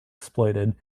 exploited